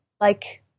Like-